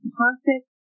perfect